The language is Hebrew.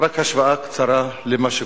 רק השוואה קצרה למה שקורה.